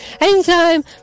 Enzyme